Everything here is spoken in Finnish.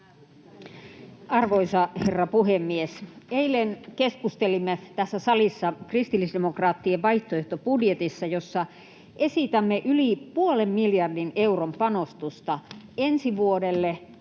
Arvoisa herra puhemies! Eilen keskustelimme tässä salissa kristillisdemokraattien vaihtoehtobudjetista, jossa esitämme yli puolen miljardin euron panostusta ensi vuodelle